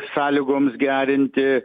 sąlygoms gerinti